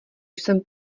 jsem